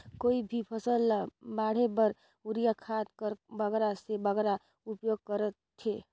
कोई भी फसल ल बाढ़े बर युरिया खाद कर बगरा से बगरा उपयोग कर थें?